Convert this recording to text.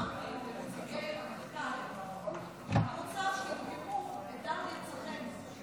אמרתי לנציגי הרמטכ"ל שאני רוצה שינקמו את דם נרצחינו.